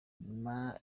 nyuma